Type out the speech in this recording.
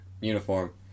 uniform